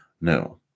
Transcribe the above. No